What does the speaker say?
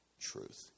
truth